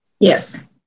Yes